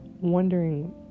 wondering